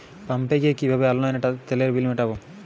পাম্পে গিয়ে কিভাবে অনলাইনে তেলের বিল মিটাব?